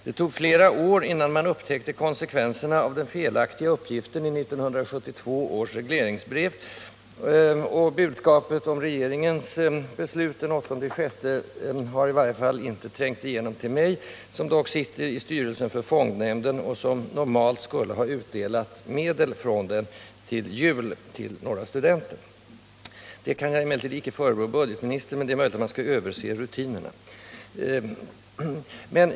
Det tog flera år innan man upptäckte konsekvenserna av den felaktiga uppgiften i 1972 års regleringsbrev, och budskapet om regeringens beslut den 8 juni har i varje fall inte trängt igenom till mig, som dock är ledamot av fondnämnden och som normalt skulle ha utdelat en julklapp från Regnells donation till några studenter. Detta kan jag emellertid inte förebrå budgetministern. Det är möjligt att man bör överse rutinerna för information inom Karolinska sjukhuset.